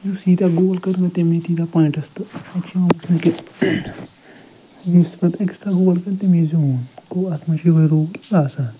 یُس یٖتیٛاہ گول کرنہِ نا تٔمی نی تیٖتٛاہ پونٛٹٕس تہٕ اَتہِ چھُ یِوان وُچھنہٕ کہِ یُس پتہٕ اٮ۪کٕسٹرا گول کَرِ تِمی زیوٗن گوٚو اتھ منٛز چھُ یِہوے روٗل آسان